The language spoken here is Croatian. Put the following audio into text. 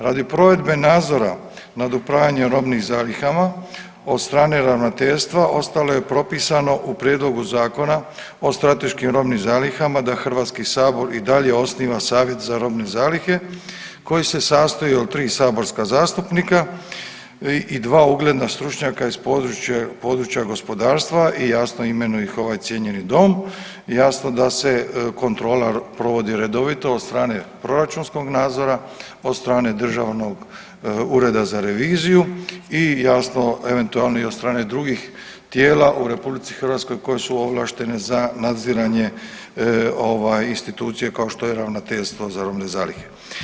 Radi provedbe nadzora nad upravljanjem robnim zalihama od strane Ravnateljstva, ostalo je propisano u prijedlogu Zakona o strateškim robnim zalihama da HS i dalje osniva Savjet za robne zalihe, koji se sastoji od 3 saborska zastupnika i 2 ugledna stručnjaka iz područja gospodarstva, i jasno, imenuje ih ovaj cijenjeni Dom i jasno da se kontrola provodi redovito od strane proračunskog nadzora, od strane Državnog ureda za reviziju i jasno, eventualni od strane drugih tijela u RH koji su ovlaštene za nadziranje ovaj, institucije, kao što je Ravnateljstvo za robne zalihe.